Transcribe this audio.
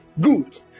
Good